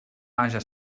haja